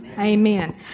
Amen